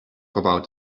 about